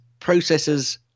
processors